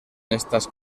estas